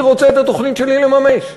אני רוצה את התוכנית שלי לממש.